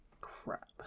crap